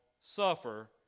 suffer